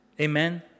Amen